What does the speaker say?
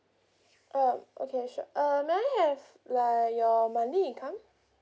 um okay sure um may I have like your monthly income